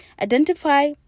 identify